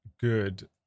good